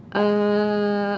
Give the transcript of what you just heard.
uh